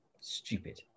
stupid